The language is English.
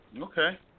Okay